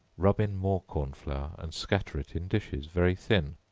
rub in more corn flour, and scatter it in dishes, very thin,